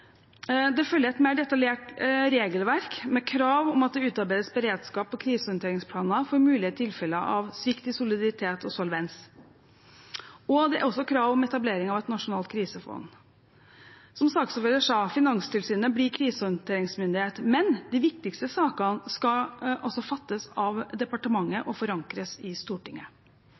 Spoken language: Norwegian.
Det følger et mer detaljert regelverk med krav om at det utarbeides beredskaps- og krisehåndteringsplaner for mulige tilfeller av svikt i soliditet og solvens. Det er også krav om etablering av et nasjonalt krisefond. Som saksordføreren sa: Finanstilsynet blir krisehåndteringsmyndighet. Men de viktigste vedtakene skal fattes av departementet og forankres i Stortinget.